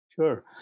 Sure